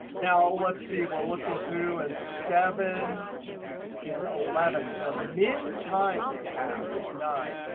now, let's see. we're looking through and seven and eleven the min time they have is nine.